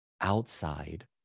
outside